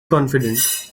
confident